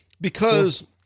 Because-